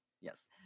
Yes